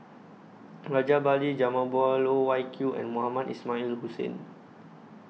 Rajabali Jumabhoy Loh Wai Kiew and Mohamed Ismail Hussain